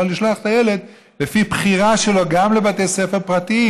לשלוח את הילד לפי בחירה שלו גם לבתי ספר פרטיים.